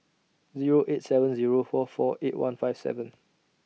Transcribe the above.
Zero eight seven Zero four four eight one five seven